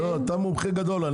אתה מומחה גדול,